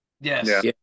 Yes